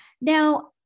Now